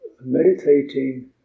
meditating